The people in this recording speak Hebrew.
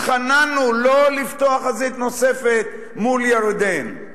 התחננו לא לפתוח חזית נוספת מול ירדן.